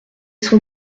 son